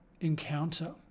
encounter